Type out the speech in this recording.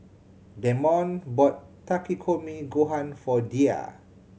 Demond bought Takikomi Gohan for Diya